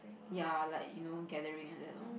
ya like you know gathering like that lor